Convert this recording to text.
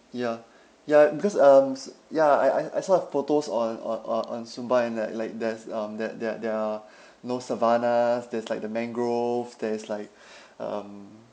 ya ya because um s~ ya I I I saw a photos on on on on sumba and like like there's um that there there are low savannahs there's like the mangrove there is like um